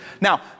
Now